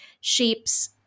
shapes